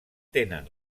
tenen